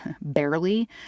barely